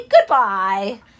goodbye